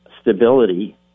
stability